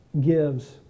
gives